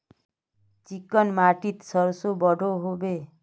Chicken माटित सरसों बढ़ो होबे?